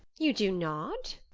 you do not!